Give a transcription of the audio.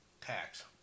tax